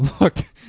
looked